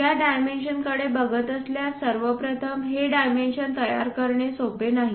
या डायमेंशन कडे बघत असल्यास सर्वप्रथम हे डायमेन्शन तयार करणे सोपे नाही